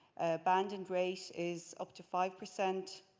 abandon rate is up to five percent.